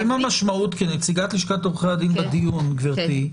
כנציגת לשכת עורכי הדין בדיון, גברתי,